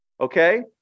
Okay